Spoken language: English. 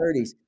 30s